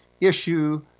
issue